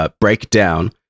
breakdown